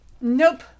Nope